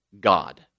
God